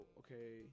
okay